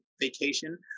vacation